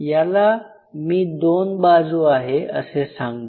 याला मी दोन बाजू आहेत असे सांगतो